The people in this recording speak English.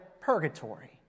purgatory